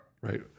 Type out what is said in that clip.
right